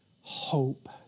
hope